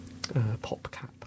PopCap